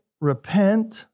repent